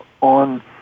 on